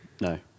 No